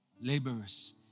Laborers